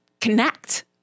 connect